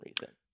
reason